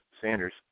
Sanders